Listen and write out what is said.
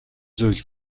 зүйл